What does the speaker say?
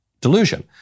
delusion